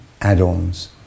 add-ons